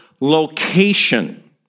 location